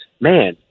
man